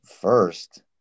first